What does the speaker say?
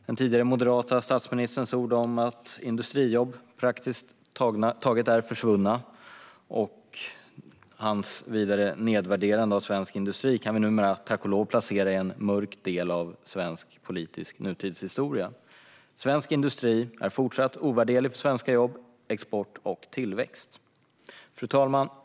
Den tidigare moderata statsministerns ord om att industrijobb praktiskt taget har försvunnit och vidare hans nedvärderande av svensk industri kan numera, tack och lov, placeras i en mörk del av svensk politisk nutidshistoria. Svensk industri är fortfarande ovärderlig för svenska jobb, export och tillväxt. Fru talman!